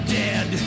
dead